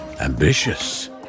ambitious